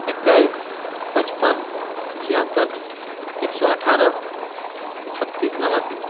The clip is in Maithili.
एकैस पचपन छिआसठि एक सए अठारह छत्तीस नबासी